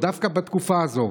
דווקא בתקופה הזו,